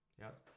yes